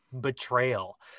betrayal